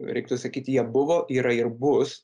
reiktų sakyti jie buvo yra ir bus